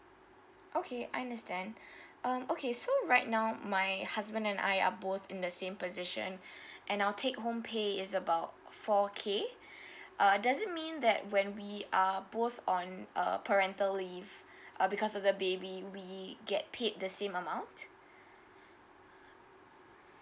okay I understand um okay so right now my husband and I are both in the same position and I'll take home pay is about four K uh does it mean that when we are both on uh parental leave uh because of the baby we get paid the same amount